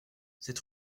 sept